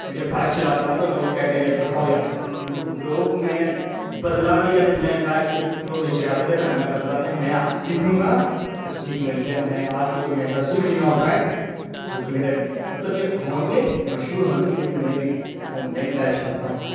میں جب بائک چلاتا ہوں نا تو لوگ کہتے ہیں کہ بتاؤ یار لوگوں کو میں نے بتلا دیا جب میں بائک جب تم لوگ مجھے چڑھاتے تھے نا میں بتلا دیا میں آج سیکھوں گا تو سیکھنے لیا میں نے آج کے دور میں ایسا سیکھ لیا ہوں بائک جو کہ میرے مطلب کہ ہوں گے مشہور ہوں گے لیکن میں بھی ہوں میں بھی بائک چلاتا ہوں